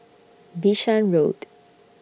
Bishan Road